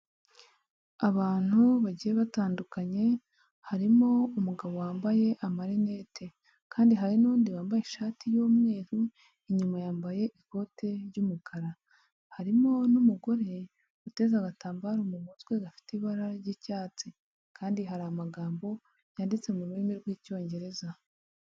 Abantu bagiye batandukanye, harimo umugabo wambaye amarinete, kandi hari n'undi wambaye ishati y'umweru inyuma yambaye ikote ry'umukara. harimo n'umugore uteze agatambaro mu mutwe gafite ibara ry'icyatsi, kandi hari amagambo yanditse mu rurimi rw'Icyongereza.